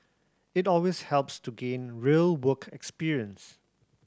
it always helps to gain real work experience